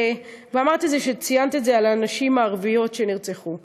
ואמרת את זה כשדיברת על הנשים הערביות שנרצחו,